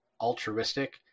altruistic